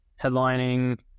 headlining